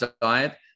diet